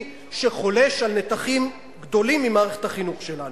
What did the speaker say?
שחולש על נתחים גדולים ממערכת החינוך שלנו.